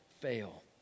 fail